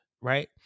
right